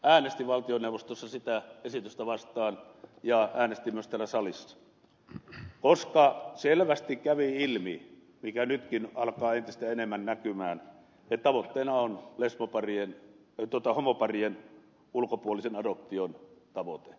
äänestin valtioneuvostossa sitä esitystä vastaan ja äänestin myös täällä salissa koska selvästi kävi ilmi mikä nytkin alkaa entistä enemmän näkyä että tavoitteena on homoparien ulkopuolisen adoption tavoite